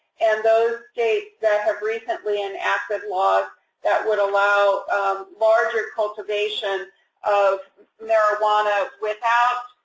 and those states that have recently enacted laws that would allow larger cultivation of marijuana without,